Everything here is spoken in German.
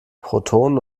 protonen